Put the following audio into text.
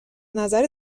نظر